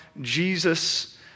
Jesus